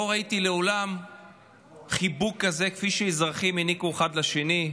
לא ראיתי מעולם חיבוק כזה כפי שהאזרחים העניקו אחד לשני.